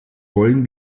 wollen